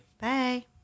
Bye